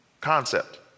concept